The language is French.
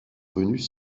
venus